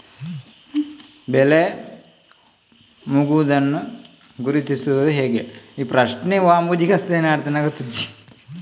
ಬೆಳೆ ಮಾಗುವುದನ್ನು ಗುರುತಿಸುವುದು ಹೇಗೆ?